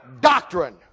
Doctrine